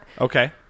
Okay